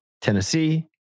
Tennessee